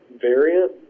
variant